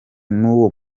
nuwo